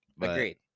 Agreed